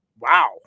wow